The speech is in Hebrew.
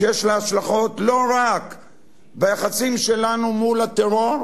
שיש לה השלכות לא רק על היחסים שלנו מול הטרור,